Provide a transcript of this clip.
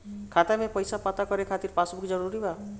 खाता में पईसा पता करे के खातिर पासबुक जरूरी बा?